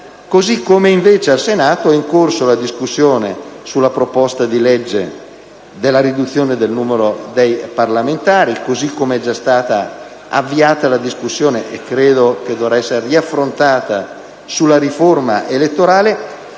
mentre al Senato è in corso la discussione sui disegni di legge relativi alla riduzione del numero dei parlamentari, così come è già stata avviata la discussione, che secondo me dovrà essere riaffrontata, sulla riforma elettorale.